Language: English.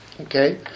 Okay